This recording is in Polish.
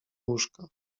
łóżka